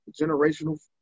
generational